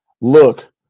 Look